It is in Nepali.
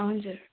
हजुर